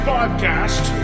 Podcast